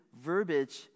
verbiage